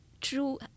true